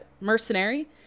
mercenary